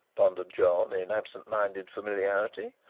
pondered john, in absent-minded familiarity.